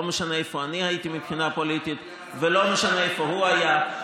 לא משנה איפה הייתי מבחינה פוליטית ואיפה הוא היה,